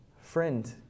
Friend